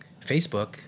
Facebook